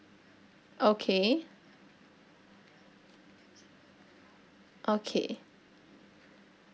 okay okay